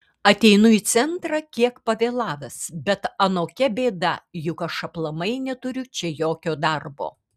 ateinu į centrą kiek pavėlavęs bet anokia bėda juk aš aplamai neturiu čia jokio darbo